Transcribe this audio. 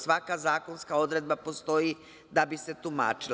Svaka zakonska odredba postoji da bi se tumačila.